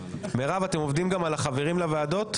מירב, אתם עובדים גם על החברים לוועדות?